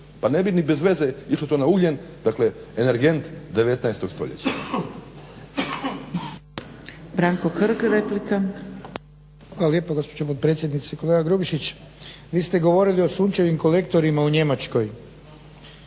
pa ne bi i bezveze isto to na ugljen, dakle energent 19 stoljeća.